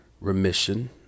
remission